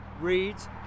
reads